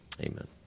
Amen